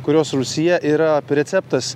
kurios rūsyje yra receptas